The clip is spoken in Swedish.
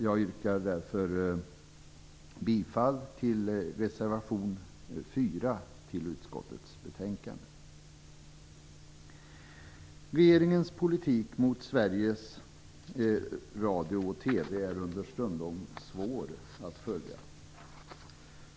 Jag yrkar därför bifall till reservation Regeringens politik mot Sveriges Radio och TV är understundom svår att följa.